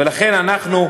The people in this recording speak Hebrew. ולכן אנחנו,